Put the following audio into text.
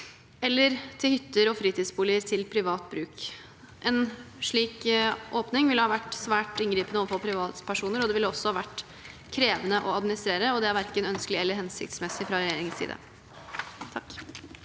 eller til hytter og fritidsboliger til privat bruk. En slik åpning ville ha vært svært inngripende overfor privatpersoner, og det ville også ha vært krevende å administrere, og det er verken ønskelig eller hensiktsmessig, sett fra regjeringens side.